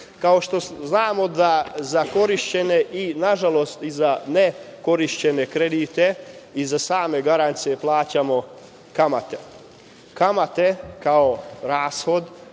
što znamo da za korišćenje, i nažalost i za ne korišćene, kredite i za same garancije plaćamo kamate. Kamate, kao rashod,u